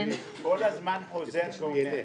כל הזמן חוזר ואומר לי,